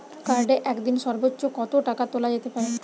কার্ডে একদিনে সর্বোচ্চ কত টাকা তোলা যেতে পারে?